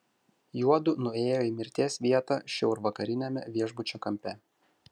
juodu nuėjo į mirties vietą šiaurvakariniame viešbučio kampe